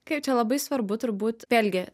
kaip čia labai svarbu turbūt vėlgi